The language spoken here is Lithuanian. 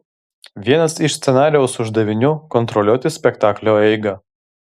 vienas iš scenarijaus uždavinių kontroliuoti spektaklio eigą